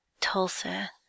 Tulsa